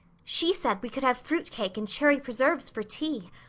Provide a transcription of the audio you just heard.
she said we could have fruit cake and cherry preserves for tea.